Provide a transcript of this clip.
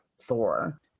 Thor